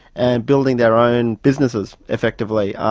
and building their own businesses effectively.